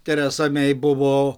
teresa mei buvo